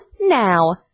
now